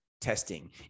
testing